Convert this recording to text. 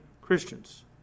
Christians